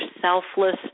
selfless